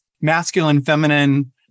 masculine-feminine